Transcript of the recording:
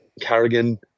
Carrigan